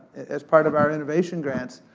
as part of our innovation grants,